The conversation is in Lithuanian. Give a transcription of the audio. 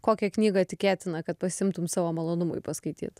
kokią knygą tikėtina kad pasiimtum savo malonumui paskaityt